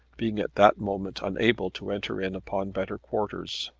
being at that moment unable to enter in upon better quarters.